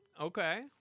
Okay